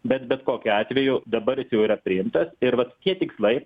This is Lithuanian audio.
bet bet kokiu atveju dabar jis jau yra priimtas ir vat tie tikslai